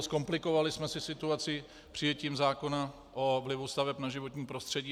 Zkomplikovali jsme si situaci přijetím zákona o vlivu staveb na životní prostředí.